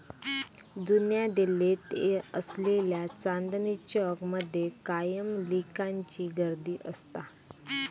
जुन्या दिल्लीत असलेल्या चांदनी चौक मध्ये कायम लिकांची गर्दी असता